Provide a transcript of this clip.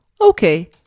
Okay